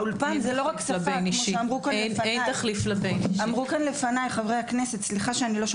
האולפן זה לא רק שפה כפי שאמרו פה חברי הכנסת לפניי.